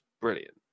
brilliant